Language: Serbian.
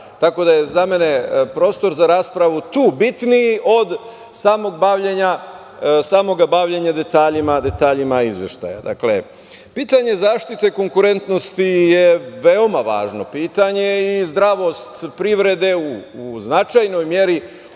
Tako da je za mene prostor za raspravu tu bitniji od samog bavljenja detaljima izveštajima. Pitanje zaštite konkurentnosti je veoma važno pitanje i zdravost privrede u značajnoj meri